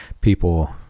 people